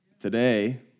Today